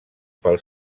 pel